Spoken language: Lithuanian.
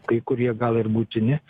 kai kurie gal ir būtini